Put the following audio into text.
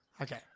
Okay